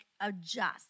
adjust